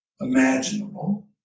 imaginable